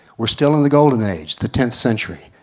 we're still in the golden age, the tenth century.